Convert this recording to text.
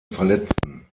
verletzten